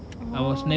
oh